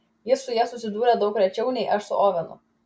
jis su ja susidūrė daug rečiau nei aš su ovenu